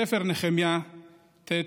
ספר נחמיה ט',